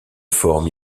forme